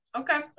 Okay